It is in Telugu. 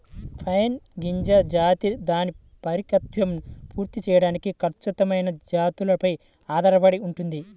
పైన్ గింజ జాతి దాని పరిపక్వతను పూర్తి చేయడానికి ఖచ్చితమైన జాతులపై ఆధారపడి ఉంటుంది